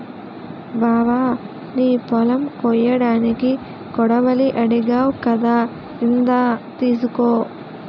బావా నీ పొలం కొయ్యడానికి కొడవలి అడిగావ్ కదా ఇందా తీసుకో